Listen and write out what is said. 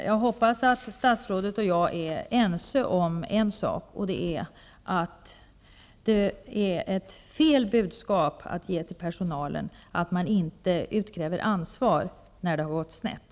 Jag hoppas att statsrådet och jag är ense om en sak, nämligen att fel budskap ges personalen när inte ansvar utkrävs fastän det har gått snett.